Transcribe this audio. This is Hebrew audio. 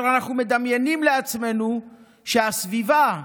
אנחנו מדמיינים לעצמנו שהסביבה,